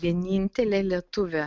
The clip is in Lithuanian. vienintelė lietuvė